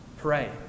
Pray